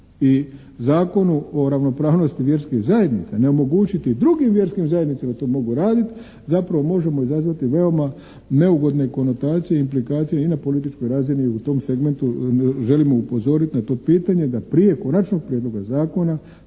i zakonu o ravnopravnosti vjerskih zajednica ne omogućiti drugim vjerskim zajednicama da to mogu raditi, zapravo možemo izazvati veoma neugodne konotacije i implikacije i na političkoj razini i u tom segmentu želimo upozoriti na to pitanje da prije konačnog prijedloga zakona